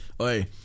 Oi